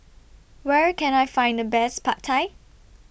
Where Can I Find The Best Pad Thai